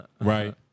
Right